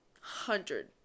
hundred